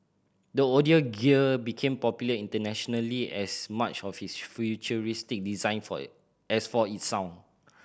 the audio gear became popular internationally as much of its futuristic design for a as for its sound